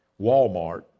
Walmart